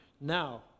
Now